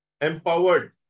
empowered